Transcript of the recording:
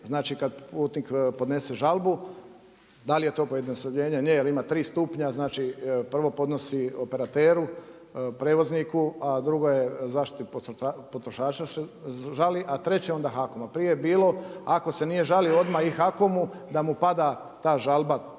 znači kada putnik podnese žalbu, da li je to pojednostavljenje, nije jer ima tri stupnja. Znači prvo podnosi operateru, prijevozniku a drugo je zaštiti potrošača se žali a treće onda HAKOM-u. A prije je bilo ako se nije žalio odmah i HAKOM-u da mu pada ta žalba,